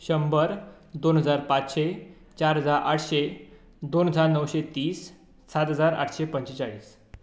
शंबर दोन हजार पांचशें चार हजार आठशें दोन हजार णवशें तीस सात हजार आठशें पंचेचाळीस